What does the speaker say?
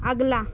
अगला